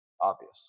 obvious